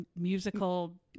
musical